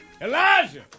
Elijah